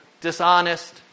dishonest